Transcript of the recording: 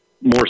more